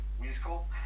musical